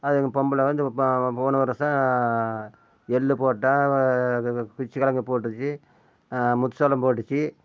அதுக்கு பொம்பளை வந்து ப போன ஒரு வருஷம் எள் போட்டாள் குச்சி கிழங்கு போட்டுச்சு முத்து சோளம் போட்டுச்சு